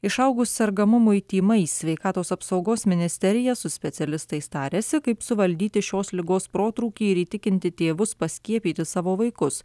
išaugus sergamumui tymais sveikatos apsaugos ministerija su specialistais tariasi kaip suvaldyti šios ligos protrūkį ir įtikinti tėvus paskiepyti savo vaikus